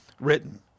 written